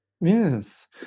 Yes